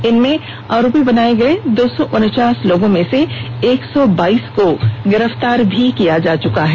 इसमें आरोपी बनाए गए दो सौ उनचास लोगों में से एक सौ बाइस को गिरफ्तार किया जा चुका है